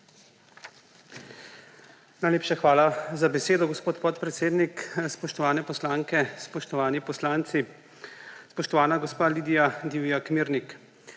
Najlepša hvala za besedo, gospod podpredsednik. Spoštovane poslanke, spoštovani poslanci, spoštovana gospa Lidija Divjak Mirnik!